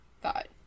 thought